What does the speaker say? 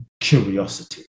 curiosity